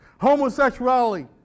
homosexuality